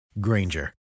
granger